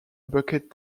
bucket